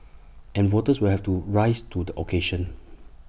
and voters will have to rise to the occasion